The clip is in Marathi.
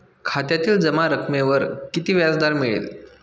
खात्यातील जमा रकमेवर किती व्याजदर मिळेल?